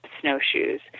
snowshoes